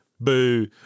Boo